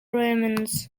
romans